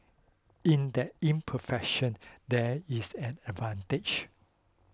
in that imperfection there is an advantage